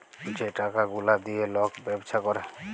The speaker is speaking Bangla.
যে টাকা গুলা দিঁয়ে লক ব্যবছা ক্যরে